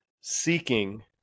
seeking